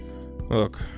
look